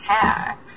care